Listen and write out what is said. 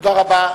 תודה רבה.